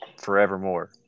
forevermore